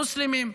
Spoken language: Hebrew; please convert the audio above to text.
מוסלמים,